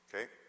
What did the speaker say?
Okay